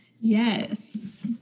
Yes